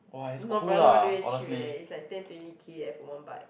not but not really very cheap eh it's like ten twenty K eh for one bike